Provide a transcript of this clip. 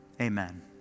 amen